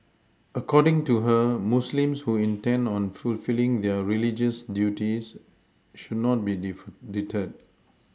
according to her Muslims who intend on fulfilling their religious duties should not be def deterred